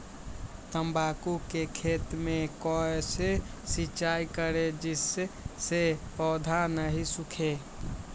तम्बाकू के खेत मे कैसे सिंचाई करें जिस से पौधा नहीं सूखे?